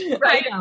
Right